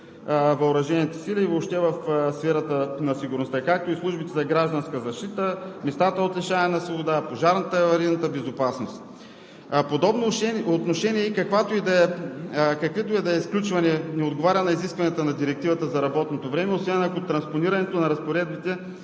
въоръжените сили и въобще в сферата на сигурността, както и службите за гражданска защита, местата за лишаване от свобода, пожарната и аварийната безопасност. Подобно отношение не отговаря на изискванията на Директивата за работното време, освен ако транспонирането на разпоредбите